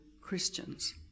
Christians